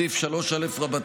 סעיף 3א(ב1)